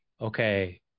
okay